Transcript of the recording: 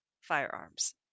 firearms